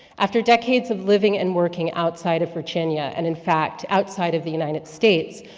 after decades of living and working outside of virginia, and in fact, outside of the united states,